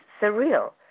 surreal